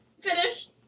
Finish